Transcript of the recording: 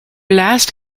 last